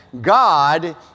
God